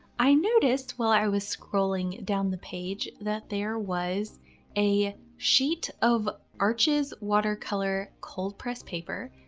i noticed while i was scrolling down the page that there was a sheet of arches watercolor cold press paper,